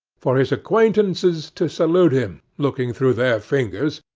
for his acquaintances to salute him, looking through their fingers,